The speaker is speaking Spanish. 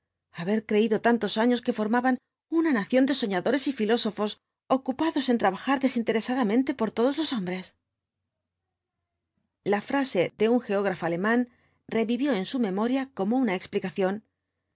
haber creído tantos años que formaban una nación de soñadores y filósofos ocupados en trabajar desinteresadamente por todos los hombres la frase de un geógrafo alemán revivió en su memoria como una explicación